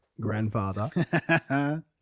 grandfather